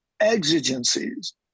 exigencies